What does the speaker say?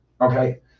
Okay